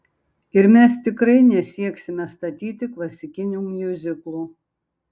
ir mes tikrai nesieksime statyti klasikinių miuziklų